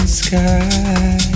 sky